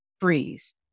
freeze